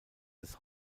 des